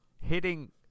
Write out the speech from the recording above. hitting